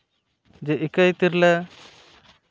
ᱡᱮ ᱤᱠᱟᱹᱭ ᱛᱤᱨᱞᱟᱹ